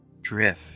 Drift